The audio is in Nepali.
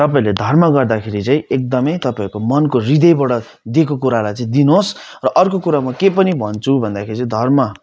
तपाईँहरूले धर्म गर्दाखेरि चाहिँ एकदमै तपाईँहरूको मनको हृदयबाट दिएको कुरालाई चाहिँ दिनु होस् र अर्को कुरा म के पनि भन्छु भन्दाखेरि चाहिँ धर्म